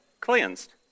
Cleansed